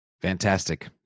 Fantastic